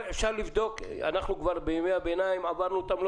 עברנו את ימי הביניים לא